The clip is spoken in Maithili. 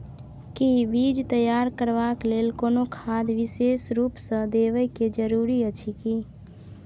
कि बीज तैयार करबाक लेल कोनो खाद विशेष रूप स देबै के जरूरी अछि की?